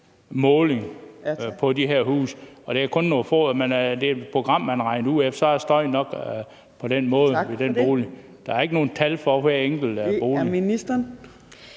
målinger på de her huse, og det er kun nogle få. Det er et program, man har regnet det ud efter, altså at så er støjen nok på den måde i den bolig. Der er ikke nogen tal for hver enkelt bolig.